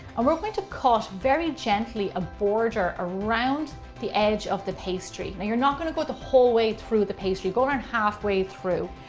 ah we're we're going to cut very gently, a border around the edge of the pastry. and you're not gonna go the whole way through the pastry, go around halfway through.